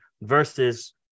versus